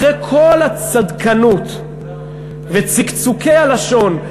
אחרי כל הצדקנות וצקצוקי הלשון,